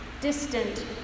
distant